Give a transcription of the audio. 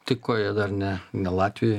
tai ko jie dar ne ne latvijoj